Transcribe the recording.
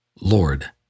Lord